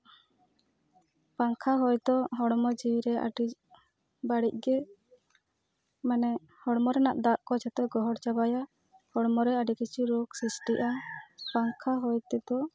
ᱯᱟᱝᱠᱷᱟ ᱦᱚᱭᱛᱳ ᱦᱚᱲᱢᱚ ᱡᱤᱣᱤ ᱨᱮ ᱟᱹᱰᱤ ᱵᱟᱹᱲᱤᱡ ᱜᱮ ᱢᱟᱱᱮ ᱦᱚᱲᱢᱚ ᱨᱮᱱᱟᱜ ᱫᱟᱜ ᱠᱚ ᱡᱚᱛᱚ ᱜᱚᱦᱚᱲ ᱪᱟᱵᱟᱭᱟ ᱦᱚᱲᱢᱚ ᱨᱮᱭᱟᱜ ᱟᱹᱰᱤ ᱠᱤᱪᱷᱩ ᱨᱳᱜᱽ ᱥᱨᱤᱥᱴᱤᱜᱼᱟ ᱯᱟᱝᱠᱷᱟ ᱦᱚᱭᱛᱮᱫᱚ